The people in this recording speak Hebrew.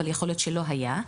אבל יכול להיות שלא היה,